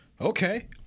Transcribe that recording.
Okay